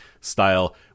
style